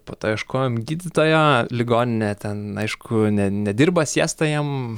po to ieškojom gydytojo ligoninė ten aišku ne nedirba siesta jiem